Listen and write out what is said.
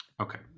Okay